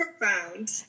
profound